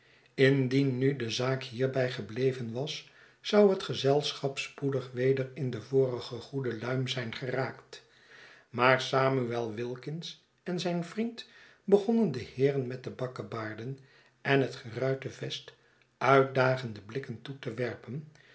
indien nu de zaak hierbij gebleven was zou het gezelschap spoedig weder in de vorige goede luim zijn geraakt maar samuel wilkins en zijn vriend begonnen de heeren met de bakkebaarden en het geruite vest uitdagende blikken toe te werpen